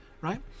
right